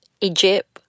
Egypt